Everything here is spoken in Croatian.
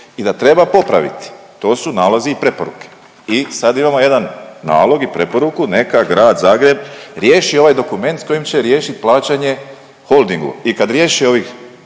i da treba popraviti, to su nalazi i preporuke. I sad imamo jedan nalog i preporuku neka Grad Zagreb riješi ovaj dokument s kojim će riješit plaćanje Holdingu i kad riješi ovih